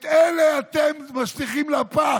את אלה אתם משליכים לפח,